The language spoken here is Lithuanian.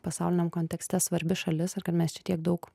pasauliniam kontekste svarbi šalis ar kad mes čia tiek daug